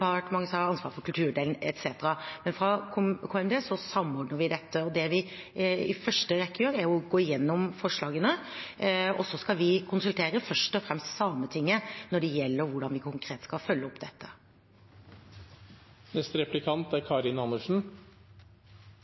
Kulturdepartementet som har ansvar for kulturdelen, etc. Men fra KMD samordner vi dette, og det vi i første rekke gjør, er å gå gjennom forslagene. Så skal vi konsultere først og fremst Sametinget når det gjelder hvordan vi konkret skal følge opp dette. Jeg har behov for å følge opp litt når det gjelder den stortingsmeldingen som kommer. Jeg er